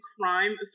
crime